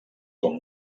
com